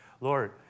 Lord